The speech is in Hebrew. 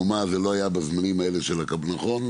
זה לא היה בזמנים האלה נכון,